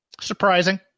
Surprising